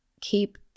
keep